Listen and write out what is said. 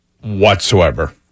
whatsoever